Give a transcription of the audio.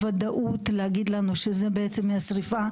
בוודאות להגיד לנו שזה בעצם מהשריפה.